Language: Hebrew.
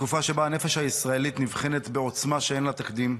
בתקופה שבה הנפש הישראלית נבחנת בעוצמה שאין לה תקדים,